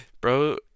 bro